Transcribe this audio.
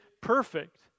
perfect